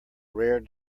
rare